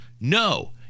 no